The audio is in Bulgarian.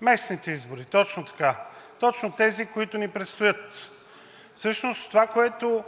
Местните избори. Точно така! Точно тези, които ни предстоят. Всъщност това, което